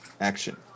action